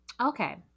Okay